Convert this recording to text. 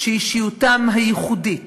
שאישיותם הייחודית